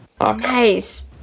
nice